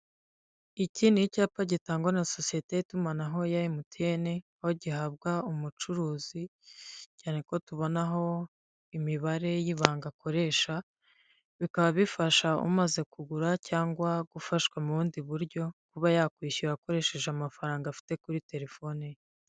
Iki ni icyapa gitangwa na sosiyete y'itumanaho ya MTN, aho gihabwa umucuruzi cyane ko tubonaho imibare y'ibanga akoresha, bikaba bifasha umaze kugura cyangwa gufashwa mu bundi buryo kuba yakwishyura akoresheje amafaranga afite kuri terefone ye.